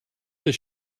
does